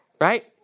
Right